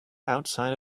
outside